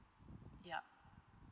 yup